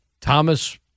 Thomas